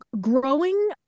growing